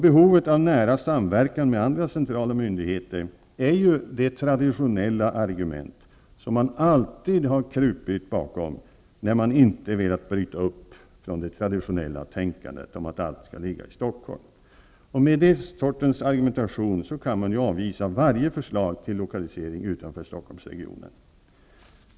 Behovet av nära samverkan med andra centrala myndigheter är ju det argument som man alltid har krupit bakom, när man inte har velat bryta det traditionella tänkandet om att allt skall ligga i Stockholm. Med den sortens argumentation kan man ju avvisa varje förslag till lokalisering utanför Stockholmsregionen.